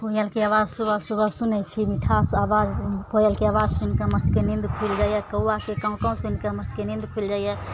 कोयलके आवाज सुबह सुबह सुनय छी मिठास आवाज कोयलके आवाज सुनिके हमर सभके नीन्द खुलि जाइए कौआके काँव काँव सुनिके हमर सभके नीन्द खुलि जाइए